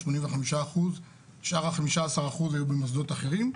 85%. שאר ה-15% היו במוסדות אחרים,